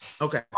okay